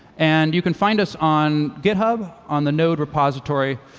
and you can find us on github on the node repository